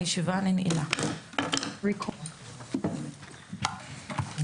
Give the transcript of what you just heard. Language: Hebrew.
הישיבה ננעלה בשעה 14:36.